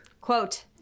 Quote